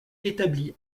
établi